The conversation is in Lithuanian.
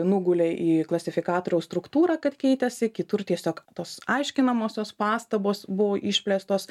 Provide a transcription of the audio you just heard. nugulė į klasifikatoriaus struktūrą kad keitėsi kitur tiesiog tos aiškinamosios pastabos buvo išplėstos